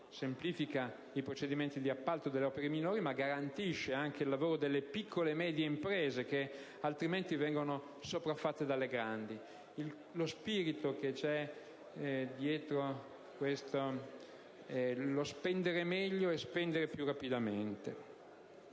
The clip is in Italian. semplifica i procedimenti di appalto delle opere minori, ma garantisce anche il lavoro alle piccole e medie imprese che, altrimenti, verrebbero sopraffatte da quelle grandi. Lo spirito di questa disposizione è: spendere meglio e più rapidamente.